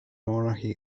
monarchy